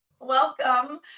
Welcome